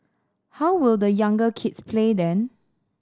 how will the younger kids play then